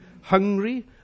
hungry